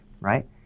right